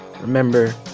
Remember